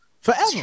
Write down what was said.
Forever